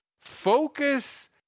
Focus